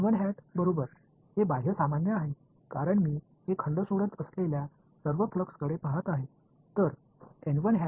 மாணவர் இது வெளிப்புறம் இயல்பானது ஏனென்றால் இந்த அளவை விட்டு வெளியேறும் அனைத்து ஃப்ளக்ஸையும் நான் பார்த்துக் கொண்டிருக்கிறேன்